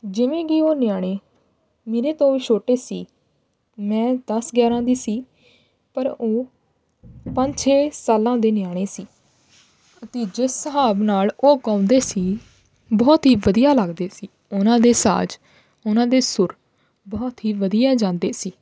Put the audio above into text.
ਜਿਵੇਂ ਕਿ ਉਹ ਨਿਆਣੇ ਮੇਰੇ ਤੋਂ ਛੋਟੇ ਸੀ ਮੈਂ ਦਸ ਗਿਆਰ੍ਹਾਂ ਦੀ ਸੀ ਪਰ ਉਹ ਪੰਜ ਛੇ ਸਾਲਾਂ ਦੇ ਨਿਆਣੇ ਸੀ ਅਤੇ ਜਿਸ ਹਿਸਾਬ ਨਾਲ ਉਹ ਗਾਉਂਦੇ ਸੀ ਬਹੁਤ ਹੀ ਵਧੀਆ ਲੱਗਦੇ ਸੀ ਉਹਨਾਂ ਦੇ ਸਾਜ਼ ਉਹਨਾਂ ਦੇ ਸੁਰ ਬਹੁਤ ਹੀ ਵਧੀਆ ਜਾਂਦੇ ਸੀ